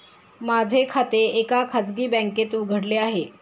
माझे खाते एका खाजगी बँकेत उघडले आहे